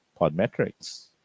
Podmetrics